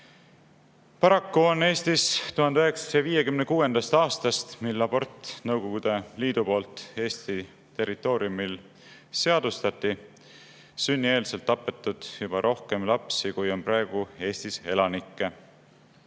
on Eestis 1956. aastast, mil abort Nõukogude Liidu poolt Eesti territooriumil seadustati, sünnieelselt tapetud juba rohkem lapsi, kui on praegu Eestis elanikke.